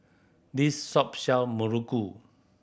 this shop sell muruku